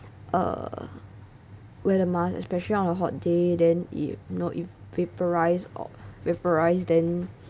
err wear the mask especially on a hot day then you know you vaporise or vaporise then